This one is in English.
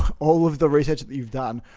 all of the research that you've done,